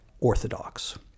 orthodox